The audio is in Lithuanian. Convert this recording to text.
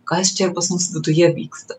kas čia pas mus viduje vyksta